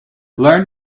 learn